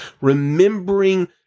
remembering